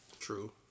True